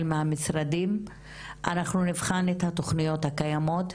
מהמשרדים אנחנו נבחן את התוכניות הקיימות,